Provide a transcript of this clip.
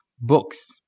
books